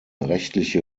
rechtliche